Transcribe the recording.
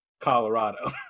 colorado